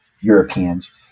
Europeans